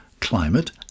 climate